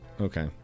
okay